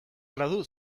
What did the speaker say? gradu